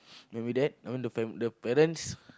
maybe that I mean the fam~ the parents